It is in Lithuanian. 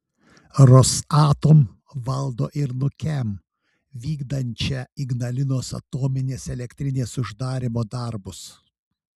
rosatom valdo ir nukem vykdančią ignalinos atominės elektrinės uždarymo darbus